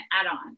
add-on